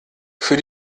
für